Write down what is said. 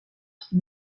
qui